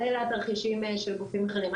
אז אלה התרחישים של הגופים האחרים.